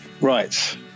Right